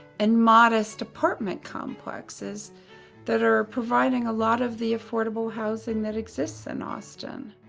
and modest apartment complexes that are providing a lot of the affordable housing that exists in austin.